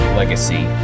legacy